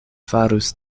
farus